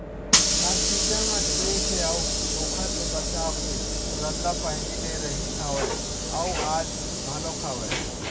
हर season म जीए के अउ ओखर ले बचाव के रद्दा पहिली ले रिहिस हवय अउ आज घलोक हवय